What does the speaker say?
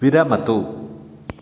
विरमतु